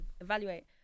evaluate